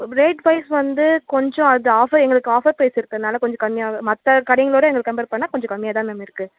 rate wise வந்து கொஞ்சம் அது ஆஃபர் எங்களுக்கு ஆஃபர் ப்ரைஸ் இருக்குறதுனால கொஞ்சம் கம்மியாக மற்ற கடைங்களோடு எங்களை கம்பர் பண்ணால் கொஞ்சம் கம்மியாக தான் மேம் இருக்குது